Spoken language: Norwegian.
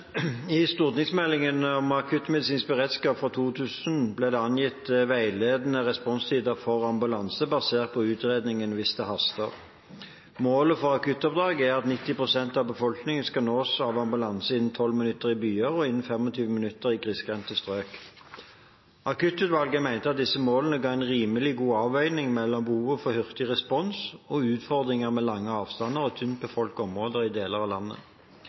I stortingsmeldingen om akuttmedisinsk beredskap fra 2000 ble det angitt veiledende responstider for ambulanser, basert på utredningen Hvis det haster. Målet for akuttoppdrag er at 90 pst. av befolkningen skal nås av ambulanse innen 12 minutter i byer, og innen 25 minutter i grisgrendte strøk. Akuttutvalget mente at disse målene ga en rimelig god avveining mellom behovet for hurtig respons og utfordringer med lange avstander og tynt befolkede områder i deler av landet.